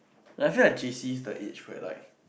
like I feel like J_C is the age where like